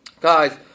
Guys